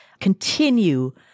Continue